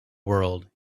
world